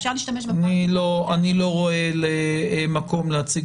אפשר להשתמש ב --- אני לא רואה מקום להציג